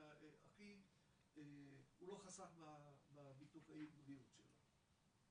הוא לא חסך בביטוחי בריאות שלו.